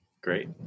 Great